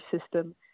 system